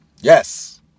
Yes